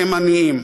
הם עניים.